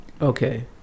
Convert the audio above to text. Okay